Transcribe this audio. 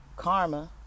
Karma